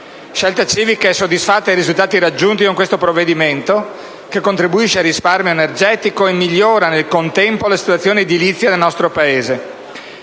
Scelta Civica è soddisfatta dei risultati raggiunti con questo provvedimento, che contribuisce al risparmio energetico e migliora nel contempo la situazione edilizia del nostro Paese.